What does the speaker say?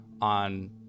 on